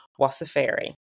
Wasafiri